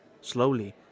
Slowly